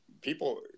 people